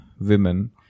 women